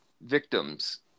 victims